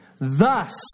Thus